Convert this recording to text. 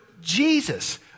Jesus